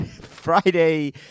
Friday